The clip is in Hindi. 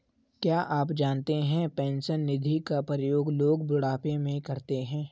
क्या आप जानते है पेंशन निधि का प्रयोग लोग बुढ़ापे में करते है?